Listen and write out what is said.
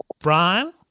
Brian